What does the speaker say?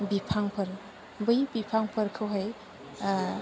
बिफांफोर बै बिफांफोरखौहाय